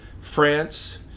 France